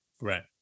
Right